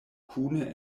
kune